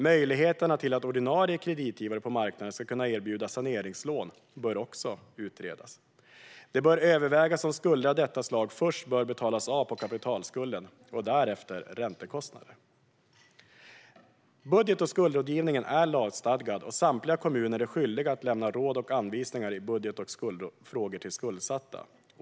Möjligheterna för ordinarie kreditgivare på marknaden att erbjuda saneringslån bör utredas. Det bör övervägas om gäldenärer med skulder av detta slag bör betala av först på kapitalskulden och därefter räntekostnader. Budget och skuldrådgivningen är lagstadgad, och samtliga kommuner är skyldiga att lämna råd och anvisningar i budget och skuldfrågor till skuldsatta.